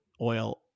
oil